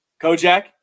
Kojak